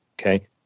okay